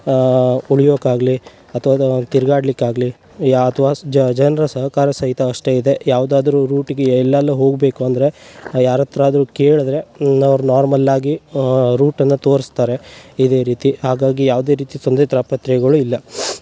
ಉಳಿಯೋಕಾಗಲಿ ಅಥ್ವ ಅದು ತಿರ್ಗಾಡ್ಲಿಕ್ಕಾಗಲಿ ಯಾ ಅಥ್ವಾ ಸ್ ಜನರ ಸಹಕಾರ ಸಹಿತ ಅಷ್ಟೇ ಇದೆ ಯಾವ್ದಾದರು ರೂಟ್ಗೆ ಎಲ್ಲೆಲ್ಲ ಹೋಗಬೇಕು ಅಂದರೆ ಯಾರ ಹತ್ತಿರ ಆದರು ಕೇಳಿದರೆ ನಾವು ಅವ್ರ್ನ ನಾರ್ಮಲ್ಲಾಗಿ ರೂಟನ್ನ ತೋರ್ಸ್ತಾರೆ ಇದೇ ರೀತಿ ಹಾಗಾಗಿ ಯಾವುದೇ ರೀತಿ ತೊಂದರೆ ತಾಪತ್ರಯಗಳು ಇಲ್ಲ